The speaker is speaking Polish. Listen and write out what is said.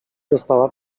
dostała